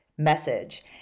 Message